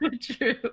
True